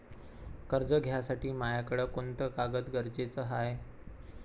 कर्ज घ्यासाठी मायाकडं कोंते कागद गरजेचे हाय?